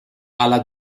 alla